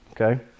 Okay